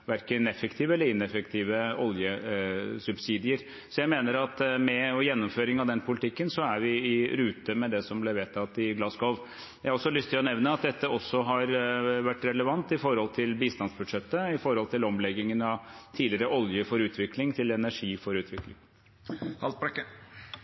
verken effektive eller ineffektive oljesubsidier. Jeg mener at med gjennomføring av den politikken er vi i rute med det som ble vedtatt i Glasgow. Jeg har lyst til å nevne at dette også har vært relevant når det gjelder bistandsbudsjettet og omleggingen av tidligere Olje for utvikling til Energi for